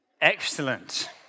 Excellent